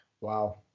Wow